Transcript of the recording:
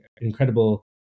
incredible